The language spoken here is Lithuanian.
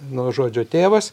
nuo žodžio tėvas